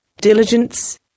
diligence